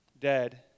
dead